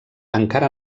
encara